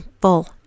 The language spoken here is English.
full